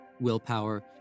willpower